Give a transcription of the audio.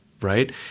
right